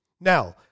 Now